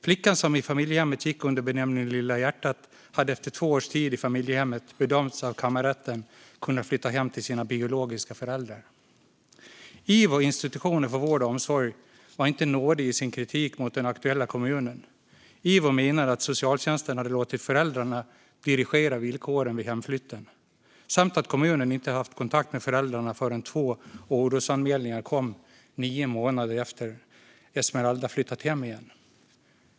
Flickan, som i familjehemmet gick under benämningen "Lilla hjärtat", hade efter två års tid i familjehemmet av kammarrätten bedömts kunna flytta hem till sina biologiska föräldrar. Ivo, Inspektionen för vård och omsorg, var inte nådig i sin kritik mot den aktuella kommunen. Ivo menade att socialtjänsten hade låtit föräldrarna dirigera villkoren vid hemflytten samt att kommunen inte haft kontakt med föräldrarna förrän två orosanmälningar kom, nio månader efter att Esmeralda flyttat hem igen.